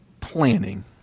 planning